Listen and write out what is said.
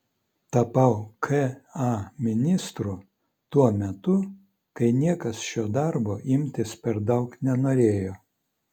tapau ka ministru tuo metu kai niekas šio darbo imtis per daug nenorėjo